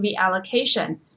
reallocation